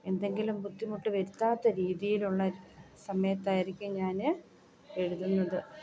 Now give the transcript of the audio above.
എന്തെങ്കിലും ബുദ്ധിമുട്ട് വരുത്താത്ത രീതിയിലുള്ള സമയത്തായിരിക്കും ഞാൻ എഴുതുന്നത്